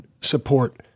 support